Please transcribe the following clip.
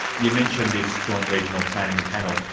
you mentioned this joint regional planning panel,